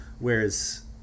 whereas